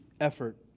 effort